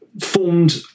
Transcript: formed